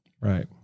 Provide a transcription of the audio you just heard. Right